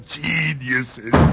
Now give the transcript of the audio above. geniuses